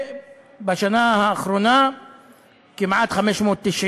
בשנה האחרונה נפגעו כמעט 590